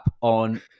on